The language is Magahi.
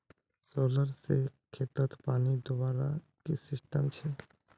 सोलर से खेतोत पानी दुबार की सिस्टम छे?